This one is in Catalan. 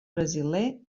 brasiler